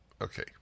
Okay